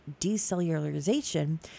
decellularization